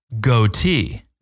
goatee